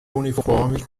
uniforme